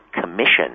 commission